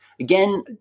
Again